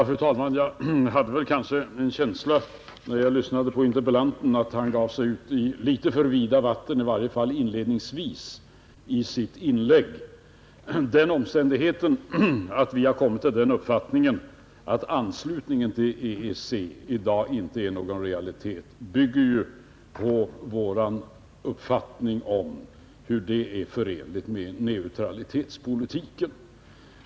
Fru talman! När jag lyssnade på interpellanten hade jag en känsla av att han i sitt inlägg, i varje fall inledningsvis, gav sig ut på alltför vida vatten. Den omständigheten att vi har kommit till den uppfattningen att en anslutning till EEC i dag inte är någon realitet bygger på vår uppfattning om hur en sådan anslutning är förenlig med neutralitetspolitiken.